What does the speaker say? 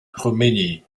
khomeini